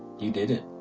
you did it.